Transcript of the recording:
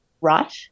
right